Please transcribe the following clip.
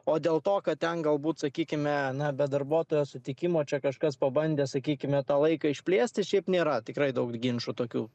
o dėl to kad ten galbūt sakykime na be darbuotojo sutikimo čia kažkas pabandė sakykime tą laiką išplėsti šiaip nėra tikrai daug ginčų tokių